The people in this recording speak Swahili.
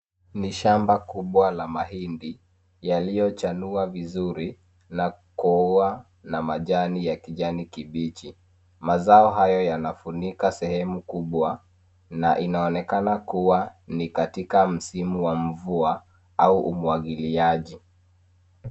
Ni shamba kubwa la mahindi yaliyochanua vizuri na kuwa na majani ya kijani kibichi mazao hayo yanafunika sehemu kubwa na inaonekana kuwa ni katika msimu wa mvua au umwagiliaji